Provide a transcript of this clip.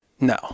No